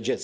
dziecka.